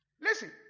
Listen